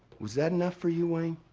was that enough for you, wayne?